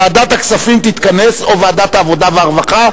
ועדת הכספים תתכנס או ועדת העבודה והרווחה,